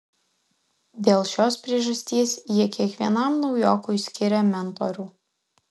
dėl šios priežasties jie kiekvienam naujokui skiria mentorių